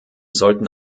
sollten